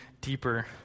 deeper